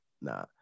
nah